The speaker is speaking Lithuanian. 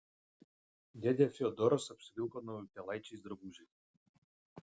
dėdė fiodoras apsivilko naujutėlaičiais drabužiais